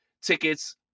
tickets